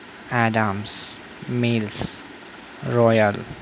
adams mills royal